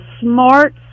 smart